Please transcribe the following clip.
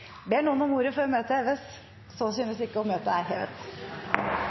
Ber noen om ordet før møtet heves? – Så synes ikke, og møtet er hevet.